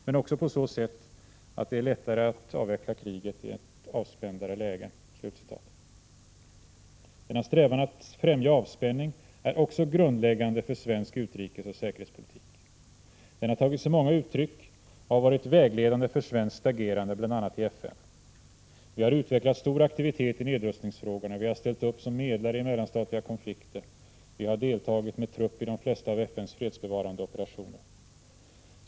Men också på så sätt att det är lättare att avveckla kriget i ett avspändare läge.” Denna strävan att främja avspänning är också grundläggande för svensk utrikesoch säkerhetspolitik. Den har tagit sig många uttryck och har varit vägledande för svenskt agerande bl.a. i FN. Vi har utvecklat stor aktivitet i nedrustningsfrågorna, vi har ställt upp som medlare i mellanstatliga konflikter, vi har deltagit med trupp i de flesta av FN:s fredsbevarande operationer.